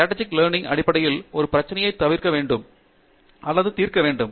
strategic learning அடிப்படையில் ஒரு பிரச்சினையை தீர்க்க வேண்டும்